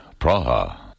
Praha